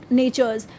natures